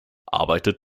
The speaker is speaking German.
arbeitet